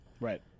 right